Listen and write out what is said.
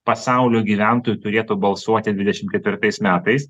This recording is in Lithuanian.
pasaulio gyventojų turėtų balsuoti dvidešimt ketvirtais metais